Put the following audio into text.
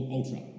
Ultra